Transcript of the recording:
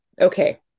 okay